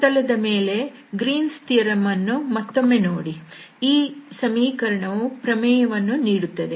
ಸಮತಲದ ಮೇಲೆ Green's theorem Green's Theorem ಅನ್ನು ಮತ್ತೊಮ್ಮೆ ನೋಡಿ ಈ ಸಮೀಕರಣವು ಪ್ರಮೇಯವನ್ನು ನೀಡುತ್ತದೆ